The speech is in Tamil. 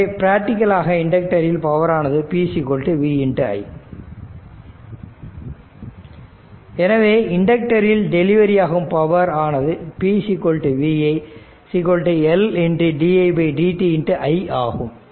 எனவே பிராக்டிக்கலாக இண்டக்டரில் பவர் ஆனது p v I எனவே இண்டக்டரில் டெலிவரி ஆகும் பவர் ஆனது p vi L didt i ஆகும்